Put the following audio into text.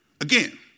Again